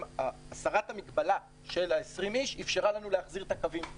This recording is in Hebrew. הסרת המגבלה של 20 איש אפשרה לנו להחזיר את הקווים לעבודה.